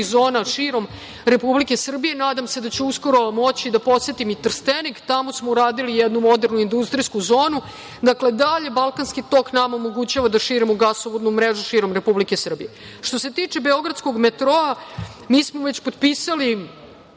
zona širom Republike Srbije i nadam se da ću skoro moći da posetim i Trstenik. Tamo smo uradili jednu modernu industrijsku zonu. Dakle, dalje „Balkanski tok“ nama omogućava da širimo gasovodnu mrežu širom Republike Srbije. Što se tiče beogradskog metroa, mi već potpisali